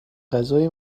غذای